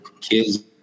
kids